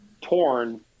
torn